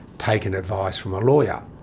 taken advice from a lawyer,